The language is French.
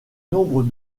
nombre